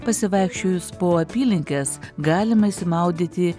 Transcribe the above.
pasivaikščiojus po apylinkes galima išsimaudyti